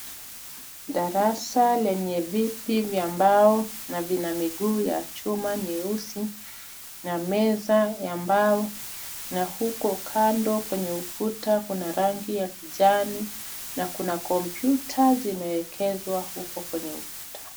Darasa lenye viti vya mbao na zina miguu ya chuma nyeusi na meza ya mbao na huko kando kwenye ukuta, kuna rangi ya kijani na kuna kompyuta zimeekezwa huko kwenye ukuta.